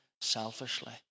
selfishly